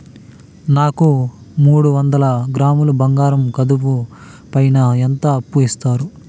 నాకు మూడు వందల గ్రాములు బంగారం కుదువు పైన ఎంత అప్పు ఇస్తారు?